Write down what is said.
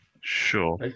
Sure